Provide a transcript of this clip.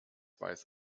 weiß